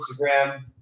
Instagram